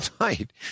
right